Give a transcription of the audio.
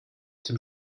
dem